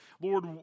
Lord